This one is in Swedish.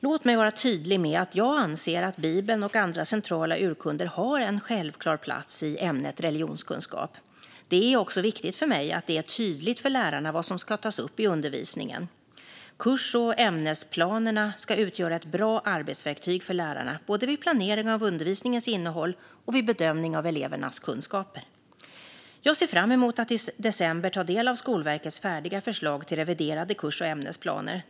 Låt mig vara tydlig med att jag anser att Bibeln och andra centrala urkunder har en självklar plats i ämnet religionskunskap. Det är också viktigt för mig att det är tydligt för lärarna vad som ska tas upp i undervisningen. Kurs och ämnesplanerna ska utgöra ett bra arbetsverktyg för lärarna både vid planering av undervisningens innehåll och vid bedömning av elevernas kunskaper. Jag ser fram emot att i december ta del av Skolverkets färdiga förslag till reviderade kurs och ämnesplaner.